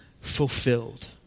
fulfilled